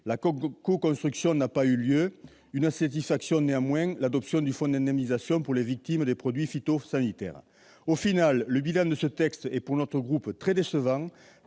La coconstruction n'a pas eu lieu ! Une satisfaction, néanmoins : l'adoption du Fonds d'indemnisation des victimes des produits phytosanitaires. Tout de même ! Pour conclure, le bilan de ce texte est pour notre groupe très décevant,